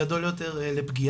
גדול יותר לפגיעה,